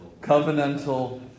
Covenantal